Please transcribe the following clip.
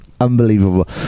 Unbelievable